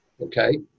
okay